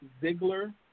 Ziegler